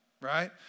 right